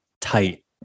tight